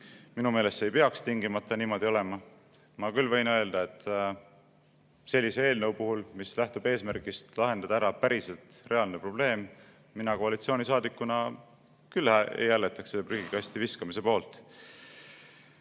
Minu meelest see ei peaks tingimata niimoodi olema. Ma küll võin öelda, et sellise eelnõu puhul, mis lähtub eesmärgist lahendada ära reaalne probleem, mina koalitsioonisaadikuna küll ei hääletaks selle prügikasti viskamise poolt.